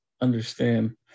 understand